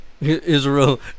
Israel